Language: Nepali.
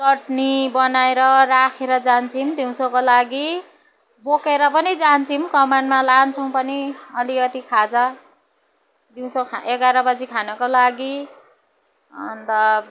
चट्नी बनाएर राखेर जान्छौँ दिउँसोको लागि बोकेर पनि जान्छौँ कमानमा लान्छौँ पनि अलिकति खाजा दिउँसो खा एघार बजी खानको लागि अन्त